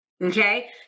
Okay